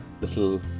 little